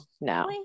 no